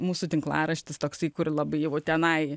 mūsų tinklaraštis toks kur labai jeigu tenai